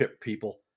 people